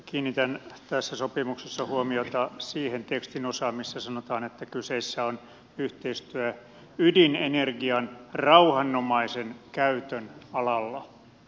kiinnitän tässä sopimuksessa huomiota siihen tekstin osaan missä sanotaan että kyseessä on yhteistyö ydinenergian rauhanomaisen käytön alalla